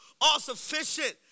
all-sufficient